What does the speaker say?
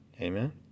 Amen